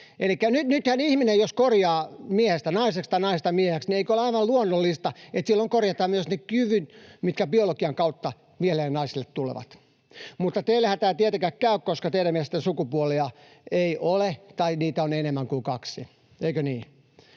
Elikkä nythän jos ihminen korjaa miehestä naiseksi tai naisesta mieheksi, niin eikö ole aivan luonnollista, että silloin korjataan myös ne kyvyt, mitkä biologian kautta miehille ja naisille tulevat? Mutta teillehän tämä ei tietenkään käy, koska teidän mielestänne sukupuolia ei ole tai niitä on enemmän kuin kaksi — eikö niin?